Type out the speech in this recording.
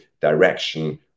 direction